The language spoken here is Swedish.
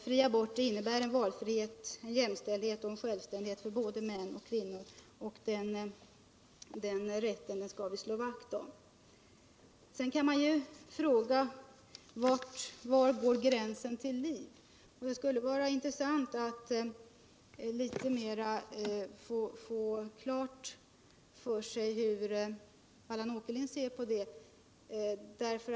Fri abort innebär valfrihet, jämställdhet och självständighet för både män och kvinnor, och den rätten skall vi slå vakt om. Sedan kan man fråga var gränsen till liv går. Det skulle vara intressant att få litet mer klart för sig hur Allan Åkerlind ser på den frågan.